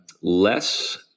less